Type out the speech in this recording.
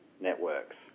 networks